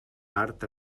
part